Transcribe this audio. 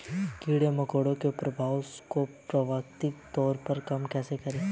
कीड़े मकोड़ों के प्रभाव को प्राकृतिक तौर पर कम कैसे करें?